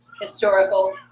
historical